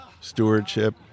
stewardship